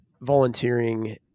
volunteering